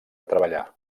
treballar